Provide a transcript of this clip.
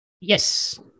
Yes